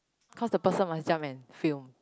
cause the person must jump and film